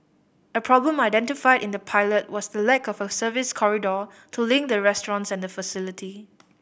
a problem identified in the pilot was the lack of a service corridor to link the restaurants and the facility